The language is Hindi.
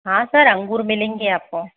हाँ सर अंगूर मिलेंगे आपको